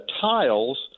tiles